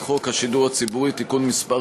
חוק השידור הציבורי הישראלי (תיקון מס'